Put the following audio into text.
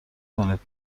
کنید